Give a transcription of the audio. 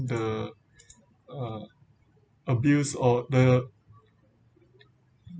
the uh abuse or the